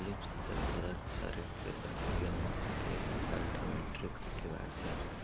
leaf sensor पौधा के शारीरिक प्रक्रिया मापे के एगो फाइटोमेट्रिक डिवाइस हइ